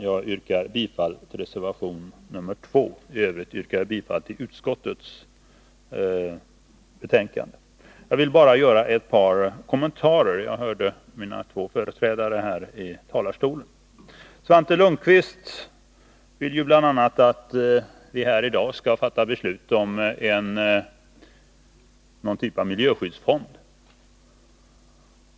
Jag yrkar bifall till reservation nr 2 och i övrigt till utskottets hemställan. Jag vill därutöver bara göra ett par kommentarer till det som mina båda närmaste företrädare här i talarstolen sade. Svante Lundkvist vill bl.a. att vi här i dag skall fatta beslut om ett slags miljöskyddsfond.